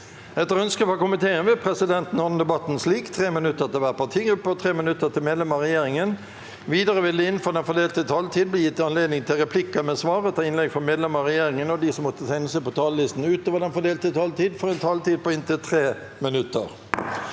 Etter ønske fra finanskomi- teen vil presidenten ordne debatten slik: 3 minutter til hver partigruppe og 3 minutter til medlemmer av regjeringen. Videre vil det – innenfor den fordelte taletid – bli gitt anledning til replikker med svar etter innlegg fra medlemmer av regjeringen, og de som måtte tegne seg på talerlisten utover den fordelte taletid, får også en taletid på inntil 3 minutter.